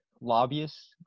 lobbyists